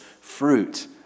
fruit